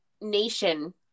nation